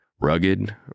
rugged